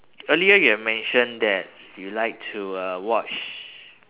earlier you have mentioned that you like to uh watch